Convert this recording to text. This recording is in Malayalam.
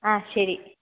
ആ ശരി